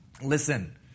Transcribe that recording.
Listen